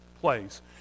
place